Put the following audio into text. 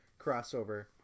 crossover